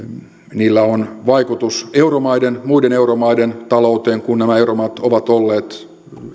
kreikalla on vaikutus muiden euromaiden talouteen kun euromaat ovat olleet